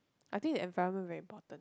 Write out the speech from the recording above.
I think the environment very important